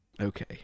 Okay